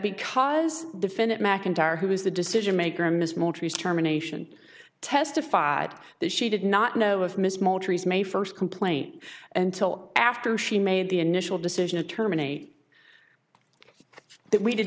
because defendant mcintyre who was the decision maker missed more trees germination testified that she did not know of ms maltese may first complaint until after she made the initial decision to terminate that we did